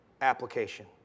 application